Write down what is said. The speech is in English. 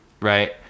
right